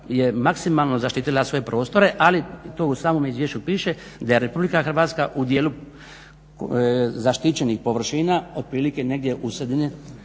je maksimalno zaštitila svoje prostore ali to u samom izvješću piše da je RH u dijelu zaštićenih površina otprilike negdje u